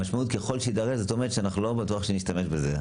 המשמעות של "ככל שיידרש" היא שלא בטוח שנשתמש בזה.